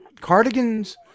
cardigans